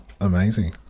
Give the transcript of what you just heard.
Amazing